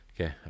Okay